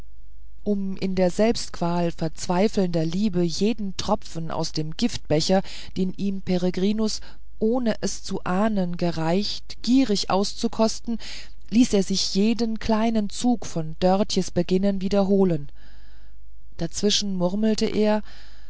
um in der selbstqual verzweifelnder liebe jeden tropfen aus dem giftbecher den ihm peregrinus ohne es zu ahnen gereicht gierig auszukosten ließ er sich jeden kleinen zug von dörtjens beginnen wiederholen dazwischen murmelte er